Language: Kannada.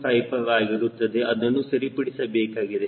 55 ಆಗಿರುತ್ತದೆ ಅದನ್ನು ಸರಿಪಡಿಸಬೇಕಾಗಿದೆ